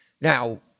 Now